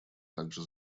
также